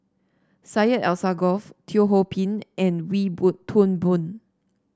Syed Alsagoff Teo Ho Pin and Wee Boon Toon Boon